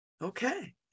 okay